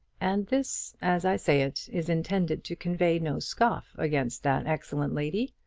and this, as i say it, is intended to convey no scoff against that excellent lady.